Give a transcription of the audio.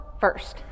first